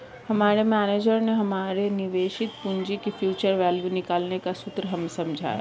हमारे मेनेजर ने हमारे निवेशित पूंजी की फ्यूचर वैल्यू निकालने का सूत्र हमें समझाया